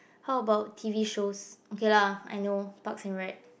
how about t_v shows okay lah I know parks and rec